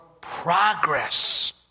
progress